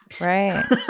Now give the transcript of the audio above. Right